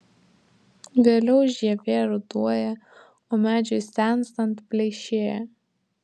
vėliau žievė ruduoja o medžiui senstant pleišėja